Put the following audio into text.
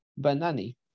Banani